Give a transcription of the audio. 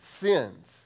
sins